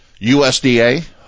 USDA-